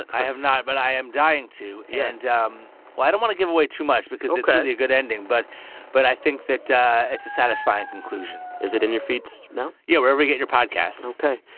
i have not. but i am dying to. and um well, i don't want to give away too much because it's really a good ending. but but i think that it's a satisfying conclusion is it in your feeds now? yeah, wherever you get your podcasts ok,